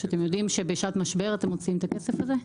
שאתם יודעים שבשעת משבר אתם מוציאים את הכסף הזה?